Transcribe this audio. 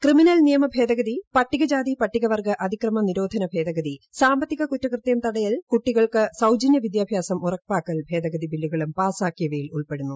criminal നിയമ ഭേദഗതി പട്ടികജാതി പട്ടിക വർഗ്ഗ അതിക്രമ നിരോധന ഭേദഗതി സാമ്പത്തിക കുറ്റകൃതൃം തടയൽ കുട്ടികൾക്ക് സൌജന്യ വിദ്യാഭ്യാസം ഉറപ്പാക്കൽ ഭേദഗതി ബില്ലുകളും പാസാക്കിയവയിൽ ഉൾപ്പെടുന്നു